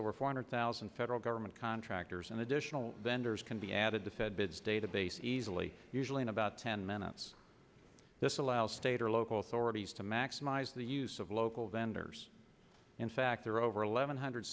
over four hundred thousand federal government contractors and additional vendors can be added the feds database easily usually in about ten minutes this allows state or local authorities to maximize the use of local vendors in fact there are over eleven hundred